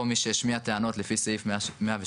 או מי שהשמיע טענות לפי סעיף 106(ב),